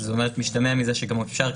זאת אומרת שמשתמע מזה שגם אפשר,